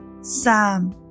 Sam